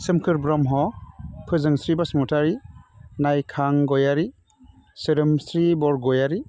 सोमखोर ब्रह्म फोजोंस्रि बसुमतारी नायखां गयारि सोदोमस्रि बरगयारि